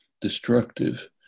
destructive